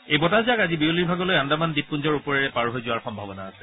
এই বতাহজাকে আজি বিয়লিৰ ভাগলৈ আন্দামান দ্বীপপুঞ্জৰ ওপৰেৰে পাৰ হৈ যোৱাৰ সম্ভাৱনা আছে